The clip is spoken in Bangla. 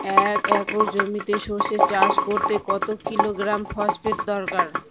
এক একর জমিতে সরষে চাষ করতে কত কিলোগ্রাম ফসফেট দরকার?